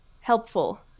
helpful